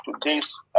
today's